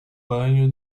banho